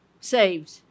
saved